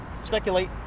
Speculate